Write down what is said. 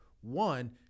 One